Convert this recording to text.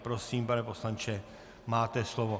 Prosím, pane poslanče, máte slovo.